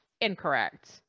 incorrect